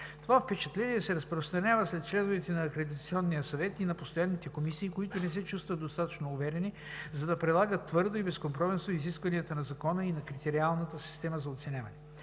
Това впечатление се разпространява сред членовете на Акредитационния съвет и на постоянните комисии, които не се чувстват достатъчно уверени, за да прилагат твърдо и безкомпромисно изискванията на закона и на критериалната система за оценяване.